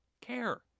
care